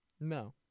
No